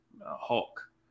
Hulk